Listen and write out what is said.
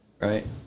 right